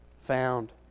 found